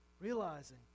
realizing